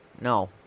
no